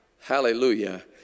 Hallelujah